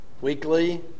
weekly